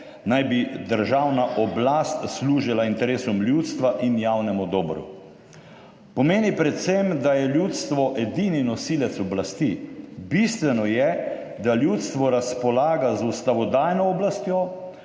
naj bi državna oblast služila interesom ljudstva in javnemu dobru, pomeni predvsem, da je ljudstvo edini nosilec oblasti. Bistveno je, da ljudstvo razpolaga z ustavodajno oblastjo,